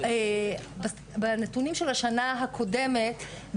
בנתונים של השנה הקודמת,